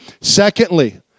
Secondly